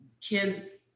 kids